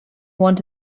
want